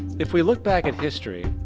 if we look back at history,